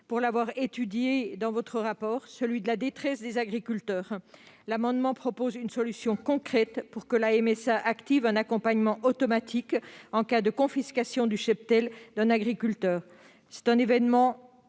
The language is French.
pour l'avoir étudié dans votre rapport sur la détresse des agriculteurs. L'amendement a pour objet que, concrètement, la MSA active un accompagnement automatique en cas de confiscation du cheptel d'un agriculteur, événement